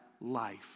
life